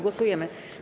Głosujemy.